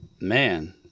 man